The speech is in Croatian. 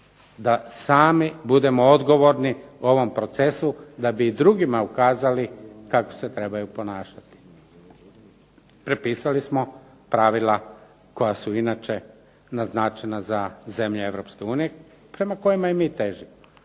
da mi budemo odgovorni u ovom procesu da bi i drugima ukazali kako se trebaju ponašati. Prepisali smo pravila koja su inače naznačena za zemlje Europske unije prema kojima i mi težimo.